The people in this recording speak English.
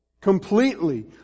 completely